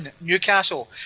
Newcastle